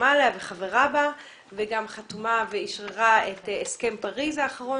חתומה עליה וחברה בה וגם חברה ואשררה את הסכם פריז האחרון